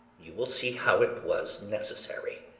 you will see how it was necessary.